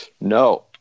No